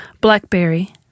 Blackberry